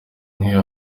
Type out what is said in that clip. nk’iyo